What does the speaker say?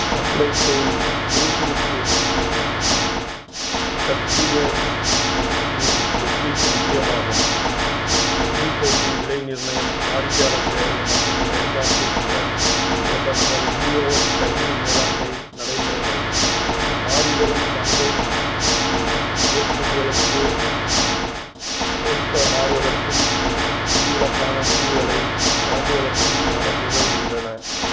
supply chain சுறுசுறுப்பு டெக்ஜினஸ் இன் வெற்றிக்கு முக்கியமாகும் நிதி போட்டி விலை நிர்ணயம் வாடிக்கையாளர் சேவை மற்றும் செயல்பாட்டு திறன் போன்ற நமது விநியோகச் சங்கிலி மேலாண்மை நடைமுறைகள் மாறி வரும் சந்தை இயக்கவியலுக்கு ஏற்ப மாறுவதற்கும் விதிவிலக்கான முடிவுகளை வழங்குவதற்கும் நமக்கு உதவுகின்றன